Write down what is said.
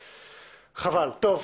חבל, אני